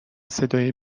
صدای